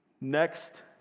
next